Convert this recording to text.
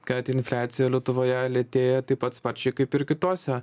kad infliacija lietuvoje lėtėja taip pat sparčiai kaip ir kitose